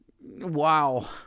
wow